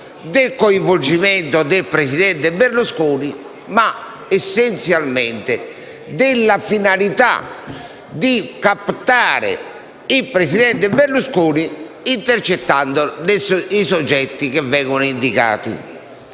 del coinvolgimento del presidente Berlusconi, ma essenzialmente della finalità di captare il presidente Berlusconi intercettando i soggetti che vengono indicati.